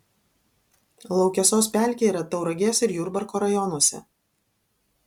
laukesos pelkė yra tauragės ir jurbarko rajonuose